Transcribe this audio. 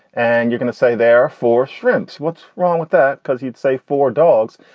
and you're gonna say they're for shrimps. what's wrong with that? because you'd say for dogs,